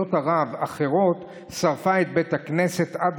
ממדינות ערב אחרות שרפה את בית הכנסת עד